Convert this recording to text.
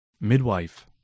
Midwife